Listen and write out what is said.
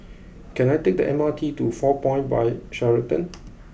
can I take the M R T to Four Point by Sheraton